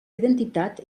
identitat